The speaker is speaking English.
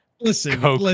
Listen